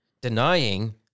denying